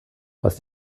was